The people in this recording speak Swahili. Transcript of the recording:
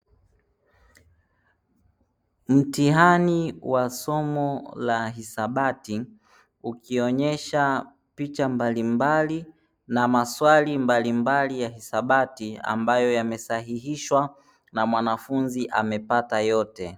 Mtihani wa somo la hisabati ukionyesha picha mbalimbali na maswali mbalimbali ya hisabati ambayo yamesahihishwa na mwanafunzi amepata yote.